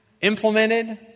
implemented